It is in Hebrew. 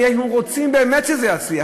אנחנו רוצים באמת שזה יצליח,